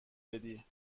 بدی